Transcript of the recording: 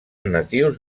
natius